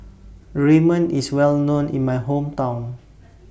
Ramen IS Well known in My Hometown